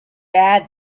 bad